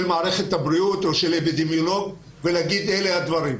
מערכת הבריאות או של אפידמיולוג ולומר אלה הם הדברים.